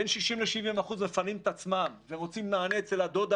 בין 60% ל-70% מפנים את עצמם ומוצאים מענה אצל הדודה,